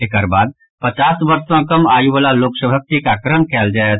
एकर बाद पचास वर्ष सॅ कम आयुवला लोक सभक टीकाकरण कयल जायत